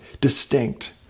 distinct